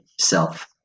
self